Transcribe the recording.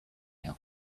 now